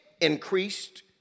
Increased